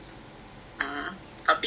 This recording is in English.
so you can take it from mount faber